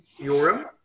Yoram